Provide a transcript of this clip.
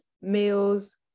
meals